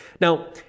Now